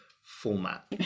Format